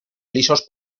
lisos